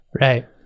Right